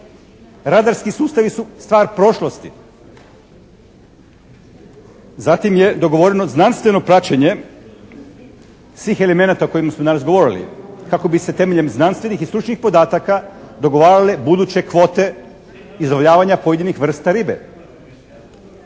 Radarski sustavi su stvar prošlosti. Zatim je dogovoreno znanstveno praćenje svih elemenata o kojima smo danas govorili kako bi se temeljem znanstvenih i stručnih podataka dogovarale buduće kvote …/Govornik se ne